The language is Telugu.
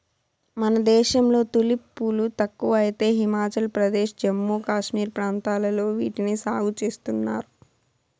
మన దేశంలో తులిప్ పూలు తక్కువ అయితే హిమాచల్ ప్రదేశ్, జమ్మూ కాశ్మీర్ ప్రాంతాలలో వీటిని సాగు చేస్తున్నారు